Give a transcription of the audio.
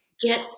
get